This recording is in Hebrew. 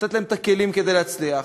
לתת להם את הכלים כדי להצליח.